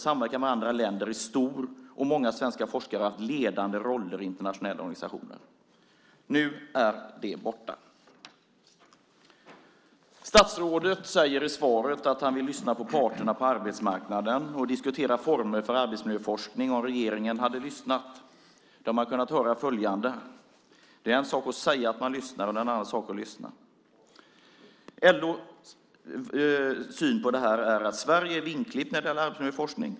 Samverkan med andra länder är stor, och många svenska forskare har haft ledande roller i internationella organisationer. Nu är det borta. Statsrådet säger i svaret att han vill lyssna på parterna på arbetsmarknaden och diskutera former för arbetsmiljöforskning. Det är en sak att säga att man lyssnar och en annan sak att lyssna. Om regeringen hade lyssnat hade man kunnat höra LO:s åsikt: Sverige är vingklippt när det gäller arbetsmiljöforskning.